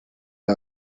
the